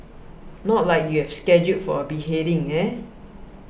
not like you're scheduled for a beheading eh